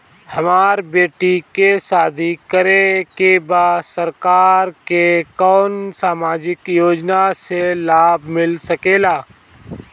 हमर बेटी के शादी करे के बा सरकार के कवन सामाजिक योजना से लाभ मिल सके ला?